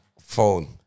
phone